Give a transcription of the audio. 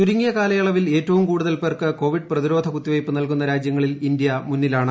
ചുരുങ്ങിയ കാലയളവിൽ ഏറ്റവും കൂടുതൽ പേർക്ക് കോവിഡ് പ്രതിരോധ കുത്തിവെയ്പ് നൽകുന്ന രാജ്യങ്ങളിൽ ഇന്ത്യ മുന്നിലാണ്